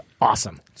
awesome